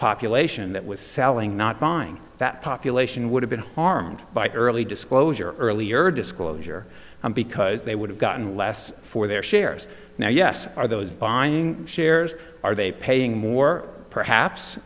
population that was selling not buying that population would have been harmed by early disclosure earlier disclosure because they would have gotten less for their shares now yes are those buying shares are they paying more perhaps